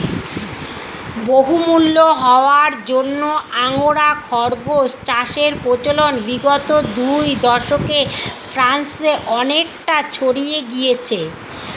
বহুমূল্য হওয়ার জন্য আঙ্গোরা খরগোশ চাষের প্রচলন বিগত দু দশকে ফ্রান্সে অনেকটা ছড়িয়ে গিয়েছে